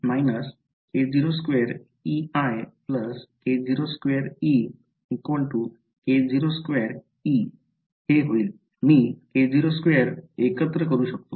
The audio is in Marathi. मी k02 एकत्र एकत्र करू शकतो